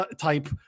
type